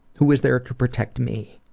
who was there to protect me?